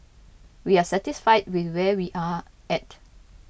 we are satisfied with where we are at